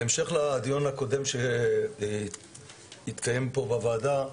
בהמשך לדיון הקודם שהתקיים פה בוועדה,